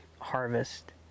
harvest